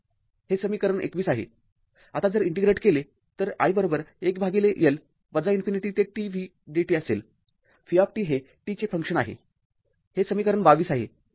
हे समीकरण २१ आहे आता जर इंटिग्रेट केले तर i१ L इन्फिनिटी ते t v dt असेल v हे t चे फंक्शन आहे हे समीकरण २२ आहे